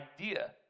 idea